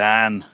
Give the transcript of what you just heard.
Dan